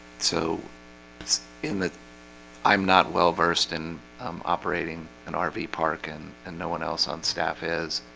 so it's in that i'm not well-versed in operating an ah rv park and and no one else on staff is